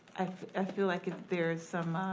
i feel like if there is some,